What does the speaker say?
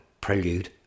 Prelude